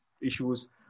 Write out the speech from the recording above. issues